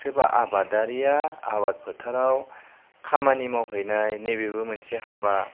सोरबा आबादारिया आबाद फोथाराव खामानि मावहैनाय नैबेबो मोनसे हाबा